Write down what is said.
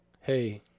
hey